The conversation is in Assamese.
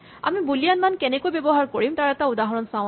আমি বুলিয়ান মান কেনেকৈ ব্যৱহাৰ কৰিম তাৰ এটা উদাহৰণ চাওঁ আহাঁ